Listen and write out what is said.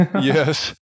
Yes